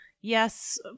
yes